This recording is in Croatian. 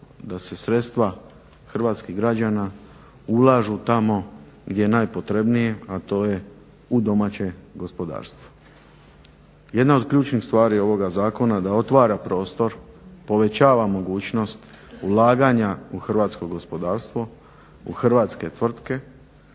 da se sredstva hrvatskih građana ulažu tamo gdje je najpotrebnije, a to je domaće gospodarstvo. Jedna od ključnih stvari ovoga zakona je da otvara prostor, povećava mogućnost ulaganja u hrvatsko gospodarstvo u hrvatske tvrtke,